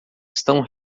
estão